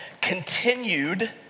continued